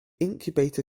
incubator